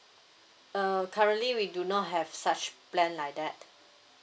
uh currently we do not have such plan like that